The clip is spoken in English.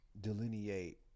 delineate